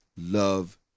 love